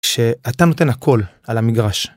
כשאתה נותן הכל על המגרש.